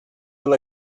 will